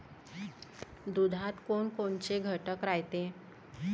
दुधात कोनकोनचे घटक रायते?